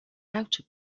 outer